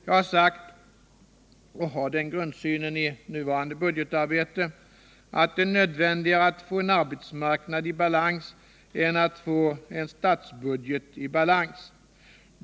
Jag har sagt — och jag har den grundsynen i nuvarande budgetarbete — att det är nödvändigare att få en arbetsmarknad i balans än att få en statsbudget i balans.